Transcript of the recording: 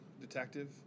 detective